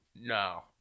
No